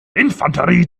infanterie